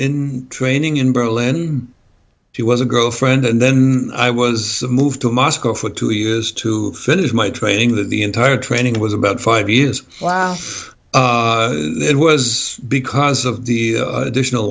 in training in berlin she was a girlfriend and then i was moved to moscow for two years to finish my training that the entire training was about five years laughs it was because of the additional